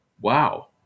Wow